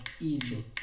easy